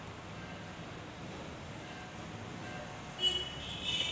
मले हर दोन मयीन्यानंतर कर्ज भरता येईन का?